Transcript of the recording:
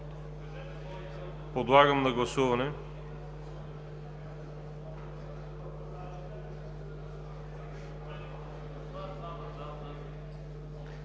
Подлагам на гласуване